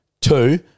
Two